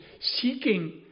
seeking